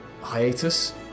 hiatus